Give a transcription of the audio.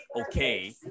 okay